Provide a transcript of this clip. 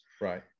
Right